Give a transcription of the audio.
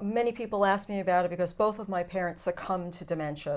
many people asked me about it because both of my parents succumb to dementia